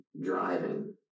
driving